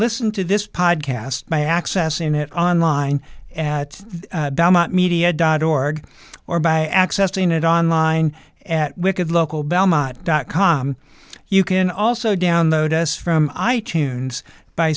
listen to this podcast by accessing it online and media dot org or by accessing it online at wicked local belmont dot com you can also download us from i tunes by